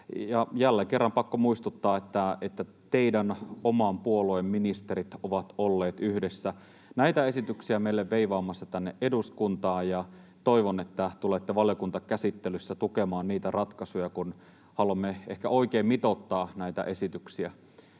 jälleen kerran on pakko muistuttaa, että teidän oman puolueenne ministerit ovat olleet yhdessä näitä esityksiä meille veivaamassa tänne eduskuntaan, ja toivon, että tulette valiokuntakäsittelyssä tukemaan niitä ratkaisuja, kun haluamme ehkä oikein mitoittaa näitä esityksiä.